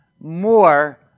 more